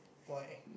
why